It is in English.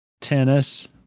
tennis